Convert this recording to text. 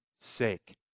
sake